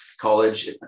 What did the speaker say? college